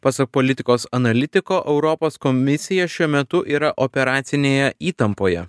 pasak politikos analitiko europos komisija šiuo metu yra operacinėje įtampoje